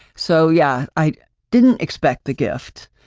so yeah, i didn't expect the gift,